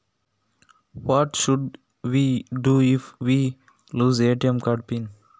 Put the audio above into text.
ನಾವು ATM card ನ pin code ಕಳೆದು ಕೊಂಡ್ರೆ ಎಂತ ಮಾಡ್ಬೇಕು?